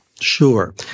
Sure